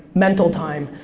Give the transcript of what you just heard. mental time,